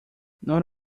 not